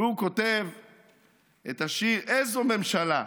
והוא כותב את השיר: איזו ממשלה.